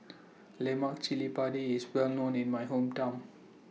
Lemak Cili Padi IS Well known in My Hometown